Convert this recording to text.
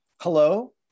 hello